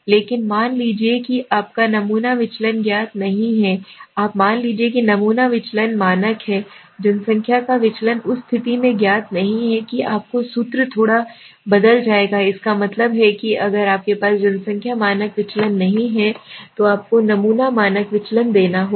लेकिन मान लीजिए कि आपका नमूना विचलन ज्ञात नहीं है मान लीजिए कि नमूना विचलन मानक है जनसंख्या का विचलन उस स्थिति में ज्ञात नहीं है कि आपका सूत्र थोड़ा बदल जाएगा इसका मतलब है कि अगर आपके पास जनसंख्या मानक विचलन नहीं है तो आपको नमूना मानक विचलन लेना होगा